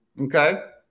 Okay